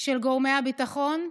של גורמי הביטחון,